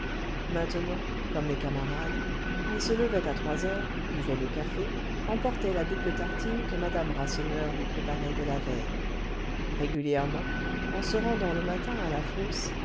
maintenant comme les camarades il se levait à trois heures buvait le café emportait la double tartine que madame rasseneur lui préparait dès la veille régulièrement en se rendant le matin à la fosse